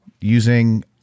using